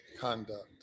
conduct